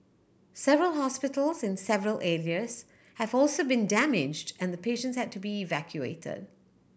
several hospitals in several areas have also been damaged and patients had to be evacuated